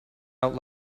out